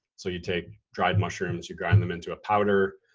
so you take dried mushrooms, you grind them into a powder,